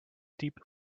deep